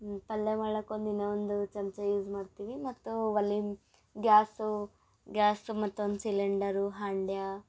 ಪಲ್ಯ ಮಾಡೋಕೆ ಒಂದು ಇನ್ನೂ ಒಂದು ಚಮಚ ಯೂಸ್ ಮಾಡ್ತೀವಿ ಮತ್ತು ಒಲೆ ಗ್ಯಾಸು ಗ್ಯಾಸ್ ಮತ್ತೊಂದು ಸಿಲಿಂಡರು ಹಂಡ್ಯಾ